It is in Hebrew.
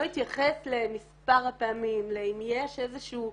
לא התייחס למספר הפעמים, לאם יש מישהו,